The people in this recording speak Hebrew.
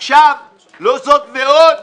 עכשיו, לא זאת ועוד,